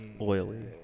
Oily